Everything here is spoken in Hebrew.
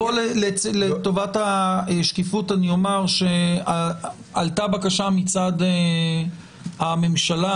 לטובת השקיפות אני אומר שעלתה בקשה מצד הממשלה